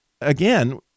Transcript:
again